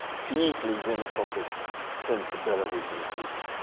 deeply xenophobic sensibilities and groups.